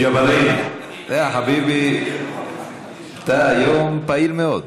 ג'בארין, חביבי, אתה היום פעיל מאוד.